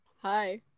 Hi